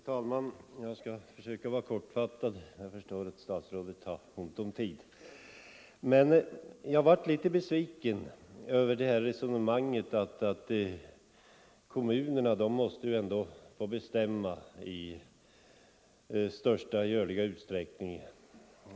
Herr talman! Jag skall försöka fatta mig kort, för jag förstår att statsrådet har ont om tid. Men jag blev litet besviken över resonemanget att kommunerna ändå måste få bestämma om sin mark i största möjliga utsträckning.